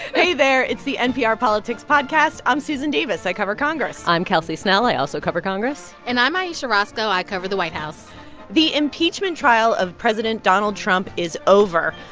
hey there. it's the npr politics podcast. i'm susan davis. i cover congress i'm kelsey snell. i also cover congress and i'm ayesha rascoe. i cover the white house the impeachment trial of president donald trump is over,